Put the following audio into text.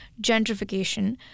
gentrification